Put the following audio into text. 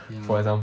ya